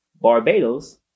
Barbados